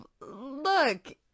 look –